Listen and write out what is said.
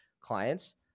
clients